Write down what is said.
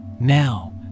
Now